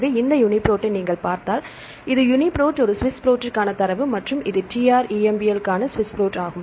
எனவே இந்த யுனிபிரோட்டை நீங்கள் பார்த்தால் இது யுனிப்ரோட் ஒரு ஸ்விஸ் புரோட்டிற்கான தரவு மற்றும் இது TrEMBL காண ஸ்விஸ் புரோட்